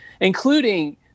including